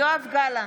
יואב גלנט,